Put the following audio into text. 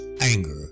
anger